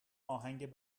آهنگ